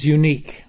unique